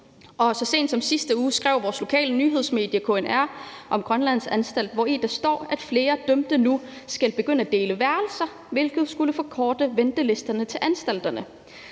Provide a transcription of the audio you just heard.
så sent som sidste uge skrev vores lokale nyhedsmedie, KNR, om anstalterne, hvori står, at flere dømte nu skal begynde at dele værelser, hvilket skulle forkorte ventelisterne til anstalterne.